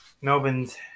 Melbourne's